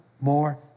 more